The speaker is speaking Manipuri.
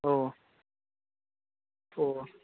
ꯑꯣ ꯑꯣ